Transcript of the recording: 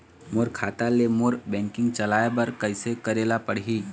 मोर खाता ले मोर बैंकिंग चलाए बर कइसे करेला पढ़ही?